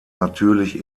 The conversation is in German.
natürlich